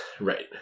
Right